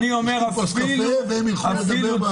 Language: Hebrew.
והם יוכלו לדבר.